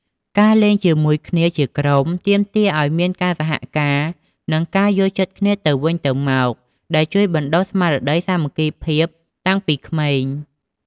ការលេងជាមួយគ្នាជាក្រុម ទាមទារឱ្យមានការសហការ និងការយល់ចិត្តគ្នាទៅវិញទៅមក ដែលជួយបណ្ដុះស្មារតីសាមគ្គីភាពតាំងពីក្មេង។